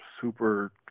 super